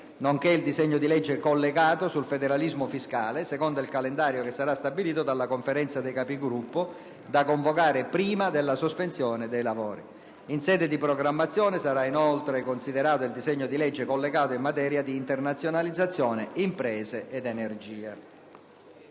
nonché il disegno di legge collegato sul federalismo fiscale, secondo il calendario che sarà stabilito dalla Conferenza dei Capigruppo, da convocare prima della sospensione dei lavori. In sede di programmazione sarà inoltre considerato il disegno di legge collegato in materia di internazionalizzazione imprese ed energia.